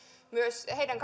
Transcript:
myös heidän